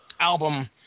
album